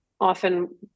often